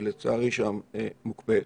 היא, לצערי, שם מוקפאת.